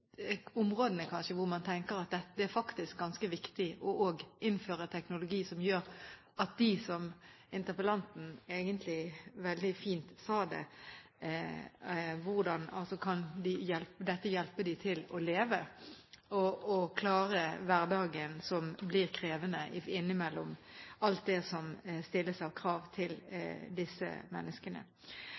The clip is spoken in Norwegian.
hvor man tenker at det faktisk er ganske viktig å innføre en teknologi som gjør det som interpellanten egentlig veldig fint sa det: hjelper dem til å leve og klare hverdagen, som blir krevende innimellom alt det som stilles av krav til disse menneskene.